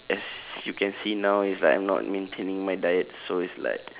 as you can see now it's like I am not maintaining my diet so it's like